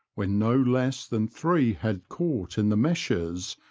when no less than three had caught in the meshes,